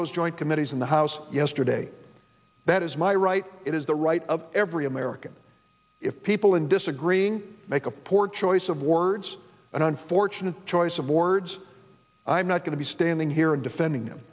those joint committees in the house yesterday that is my right it is the right of every american if people in disagreeing make a poor choice of words an unfortunate choice of words i am not going to be standing here and defending